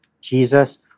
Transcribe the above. Jesus